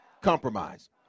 compromise